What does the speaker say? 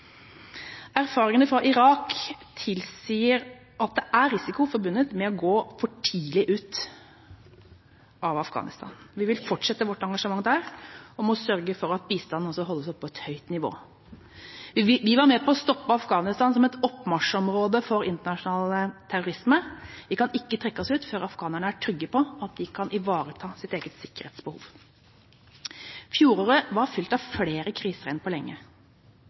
Erfaringene fra Irak tilsier at det er risiko forbundet med å gå for tidlig ut av Afghanistan. Vi vil fortsette vårt engasjement der og må sørge for at bistanden holdes på et høyt nivå. Vi var med på å stoppe Afghanistan som oppmarsjområde for internasjonal terrorisme. Vi kan ikke trekke oss ut før afghanerne er trygge på at de kan ivareta sitt eget sikkerhetsbehov. Fjoråret var fylt av flere kriser enn på lenge.